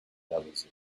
jealousy